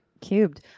Cubed